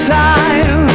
time